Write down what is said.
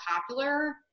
popular